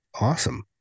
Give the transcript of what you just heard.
awesome